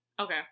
Okay